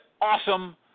awesome